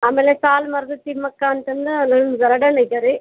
ಆಮೇಲೆ ಸಾಲುಮರದ ತಿಮ್ಮಕ್ಕ ಅಂತಂದು ಗರಡನ್ ಐತೆ ರೀ